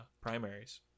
primaries